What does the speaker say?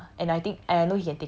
uh openly lah